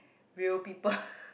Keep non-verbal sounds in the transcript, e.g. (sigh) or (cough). real people (laughs)